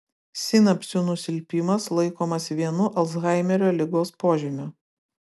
sinapsių nusilpimas laikomas vienu alzhaimerio ligos požymių